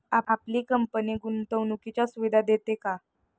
आपली कंपनी गुंतवणुकीच्या सुविधा देते का?